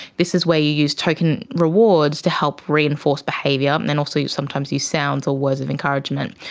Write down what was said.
this is where you use token rewards to help reinforce behaviour, and and also you sometimes use sounds or words of encouragement.